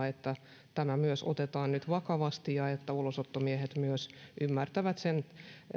että tämä myös otetaan nyt vakavasti ja että ulosottomiehet myös ymmärtävät sen